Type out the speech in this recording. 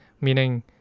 meaning